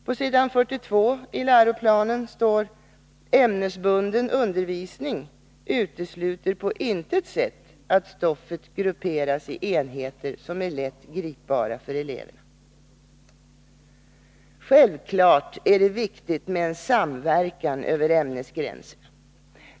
På s. 42 i läroplanen står ”Ämnesbunden undervisning utesluter på intet sätt att stoffet grupperas i enheter som är omedelbart gripbara för eleverna ——=-.” Självklart är det viktigt med en samverkan över ämnesgränserna.